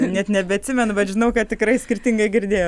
net nebeatsimenu bet žinau kad tikrai skirtingai girdėjau